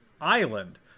island